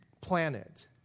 planet